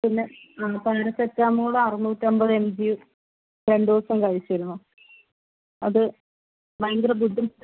പിന്നെ ആ പാരസെറ്റമോൾ അറുന്നൂറ്റി അൻപത് എം ജി രണ്ടു ദിവസം കഴിച്ചിരുന്നു അത് ഭയങ്കര ബുദ്ധിമുട്ടായി